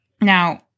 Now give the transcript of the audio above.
Now